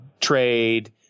trade